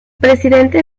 presidente